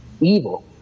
evil